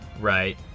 Right